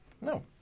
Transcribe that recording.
No